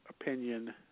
opinion